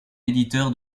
éditeur